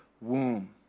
womb